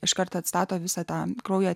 iškart atstato visą tą kraujo